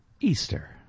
Easter